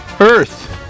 Earth